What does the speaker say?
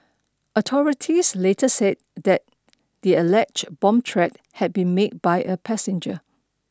authorities later said that the alleged bomb threat had been made by a passenger